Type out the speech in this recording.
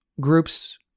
groups